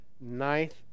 ninth